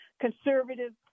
conservative